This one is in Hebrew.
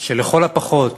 שלכל הפחות